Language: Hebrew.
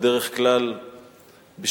בדרך כלל בשיקומן,